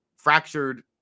Fractured